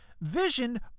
Vision